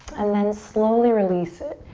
and then slowly release it.